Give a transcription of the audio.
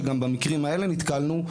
שגם במקרים האלה נתקלנו,